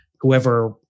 whoever